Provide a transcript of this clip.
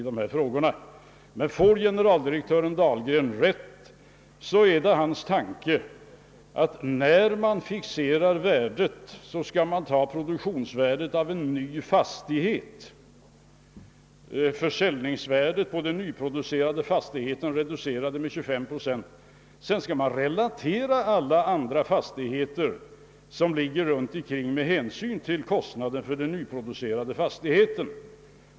Det är emellertid generaldirektör Dahlgrens tanke att man vid fixerandet av värdet skall ta försäljningsvärdet på nyproducerad fastighet reducerat med 25 procent. Därefter skall man för andra i samma distrikt liggande fastigheter ta hänsyn till kostnaden för den nyproducerade fastigheten.